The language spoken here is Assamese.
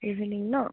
ইভিনিং ন